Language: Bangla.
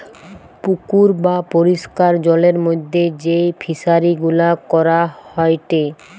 পুকুর বা পরিষ্কার জলের মধ্যে যেই ফিশারি গুলা করা হয়টে